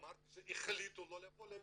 אמרתי שהחליטו לא לבוא לישיבה.